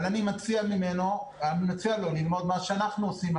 אבל אני מציע לו ללמוד מה שאנחנו עושים.